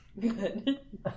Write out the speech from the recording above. Good